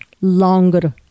longer